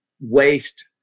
waste